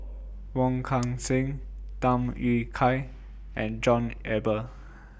Wong Kan Seng Tham Yui Kai and John Eber